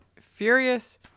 furious